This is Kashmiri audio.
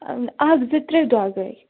اَکھ زٕ ترٛےٚ دۄہ گٔے